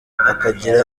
akagira